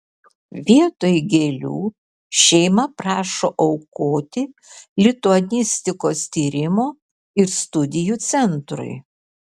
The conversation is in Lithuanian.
vietoj gėlių šeima prašo aukoti lituanistikos tyrimo ir studijų centrui